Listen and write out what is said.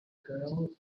girl